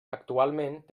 actualment